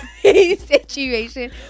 Situation